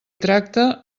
tracta